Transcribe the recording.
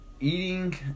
eating